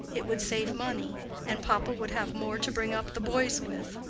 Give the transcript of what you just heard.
it would save money and papa would have more to bring up the boys with.